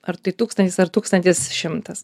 ar tai tūkstantis ar tūkstantis šimtas